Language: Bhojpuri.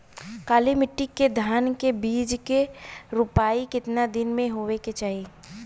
काली मिट्टी के धान के बिज के रूपाई कितना दिन मे होवे के चाही?